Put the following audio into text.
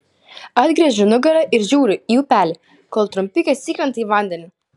atgręžiu nugarą ir žiūriu į upelį kol trumpikės įkrenta į vandenį